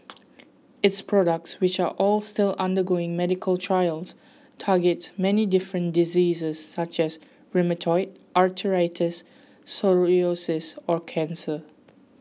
its products which are all still undergoing medical trials target many different diseases such as rheumatoid arthritis psoriasis or cancer